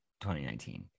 2019